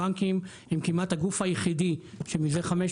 הבנקים הם כמעט הגוף היחידי שמזה 15